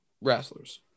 wrestlers